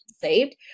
saved